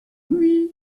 lui